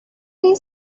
این